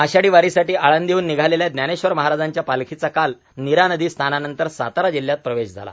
आषाढी वारीसाठी आळंदीहून निघालेल्या ज्ञानेश्वर महाराजांच्या पालखीचा काल नीरा नदी स्नानानंतर सातारा जिल्हयात प्रवेश झाला